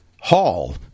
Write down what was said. hall